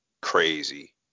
crazy